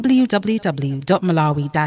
www.malawi